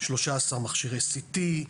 13 מכשירי CT,